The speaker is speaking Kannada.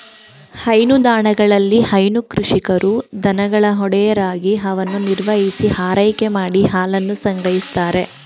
ಹೈನುದಾಣಗಳಲ್ಲಿ ಹೈನು ಕೃಷಿಕರು ದನಗಳ ಒಡೆಯರಾಗಿ ಅವನ್ನು ನಿರ್ವಹಿಸಿ ಆರೈಕೆ ಮಾಡಿ ಹಾಲನ್ನು ಸಂಗ್ರಹಿಸ್ತಾರೆ